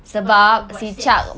sebab dia buat sex